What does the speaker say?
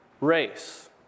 race